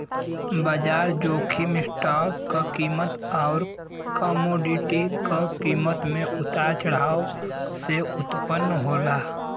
बाजार जोखिम स्टॉक क कीमत आउर कमोडिटी क कीमत में उतार चढ़ाव से उत्पन्न होला